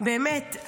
באמת,